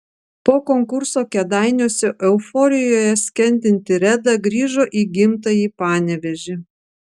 po konkurso kėdainiuose euforijoje skendinti reda grįžo į gimtąjį panevėžį